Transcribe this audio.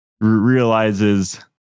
realizes